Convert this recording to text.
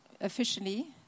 officially